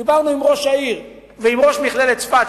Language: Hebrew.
דיברנו עם ראש העיר ועם ראש מכללת צפת,